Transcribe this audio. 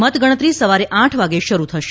મતગણતરી સવારે આઠ વાગે શરૂ થશે